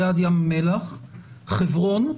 ליד ים המלח, חברון,